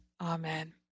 Amen